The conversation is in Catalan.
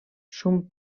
son